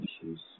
issues